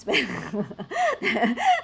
spend